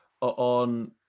on